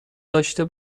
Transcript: داشته